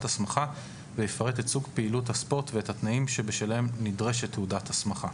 הסמכה ויפרט את סוג פעילות הספורט ואת התנאים שבשלהם נדרשת תעודת הסמכה."